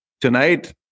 Tonight